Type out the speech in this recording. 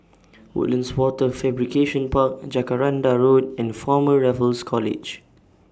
Woodlands Wafer Fabrication Park Jacaranda Road and Former Raffles College